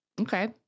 Okay